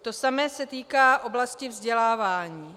To samé se týká oblasti vzdělávání.